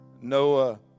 Noah